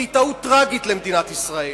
והיא טעות טרגית למדינת ישראל.